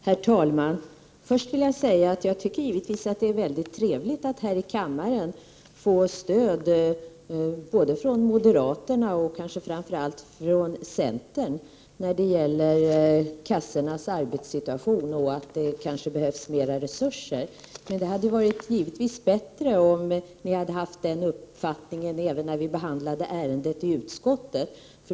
Herr talman! Först vill jag säga att jag givetvis tycker att det är trevligt att här i kammaren få stöd både från moderaterna och kanske framför allt från centern när det gäller kassornas arbetssituation och för att det kanske behövs mera resurser. Men det hade varit bättre om ni hade haft den uppfattningen även när vi behandlade ärendet i utskottet.